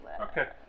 Okay